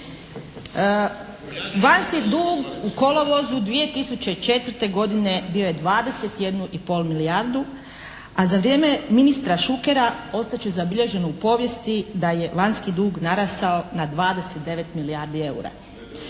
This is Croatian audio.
Vanjski dug u kolovozu 2004. godine bio je 21,5 milijardu, a za vrijeme ministra Šukera ostat će zabilježeno u povijesti da je vanjski dug narastao na 29 milijardi eura.